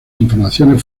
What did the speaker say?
informaciones